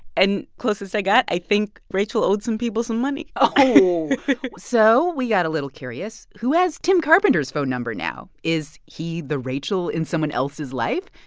and closest i got, i think rachel owed some people some money so we got a little curious. who has tim carpenter's phone number now? is he the rachel in someone else's life?